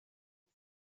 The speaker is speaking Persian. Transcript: نمی